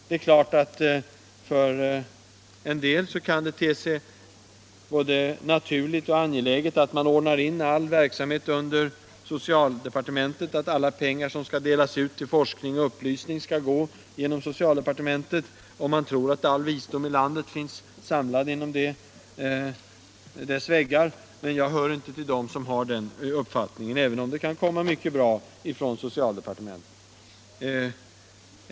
Det är klart att det kan te sig både naturligt och angeläget att ordna in all verksamhet under socialdepartementet och att alla pengar som skall delas ut till forskning och upplysning skall gå genom socialdepartementet, om man tror att all visdom i landet finns samlad inom dess väggar. Men jag hör inte till dem som har den uppfattningen, även om det kan komma mycket gott från socialdepartementet.